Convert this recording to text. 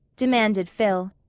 demanded phil.